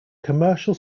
commercial